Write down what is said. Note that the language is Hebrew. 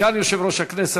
סגן יושב-ראש הכנסת,